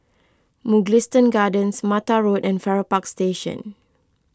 Mugliston Gardens Mattar Road and Farrer Park Station